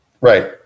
Right